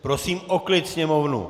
Prosím o klid sněmovnu!